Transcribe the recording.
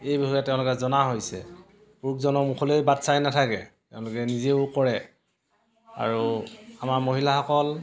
এই বিষয়ে তেওঁলোকে জনা হৈছে পুৰুষজনৰ মুখলৈ বাট চাই নাথাকে তেওঁলোকে নিজেও কৰে আৰু আমাৰ মহিলাসকল